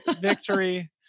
victory